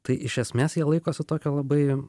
tai iš esmės jie laikosi tokio labai